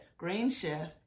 GreenChef